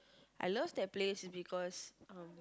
I love that place because um